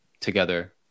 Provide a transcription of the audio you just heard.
together